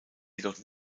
jedoch